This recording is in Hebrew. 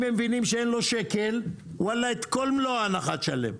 אם הם מבינים שאין לו שקל, את כל מלוא ההנחה תשלם.